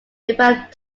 develop